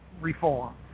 reform